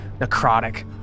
necrotic